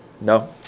No